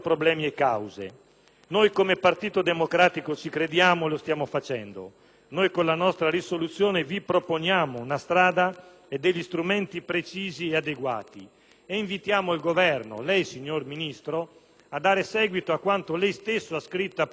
Noi, come Partito Democratico, ci crediamo e lo stiamo facendo. Noi, con la nostra proposta di risoluzione, vi proponiamo una strada e degli strumenti precisi e adeguati. E invitiamo il Governo, lei, signor Ministro, a dare seguito a quanto lei stesso ha scritto in una pagina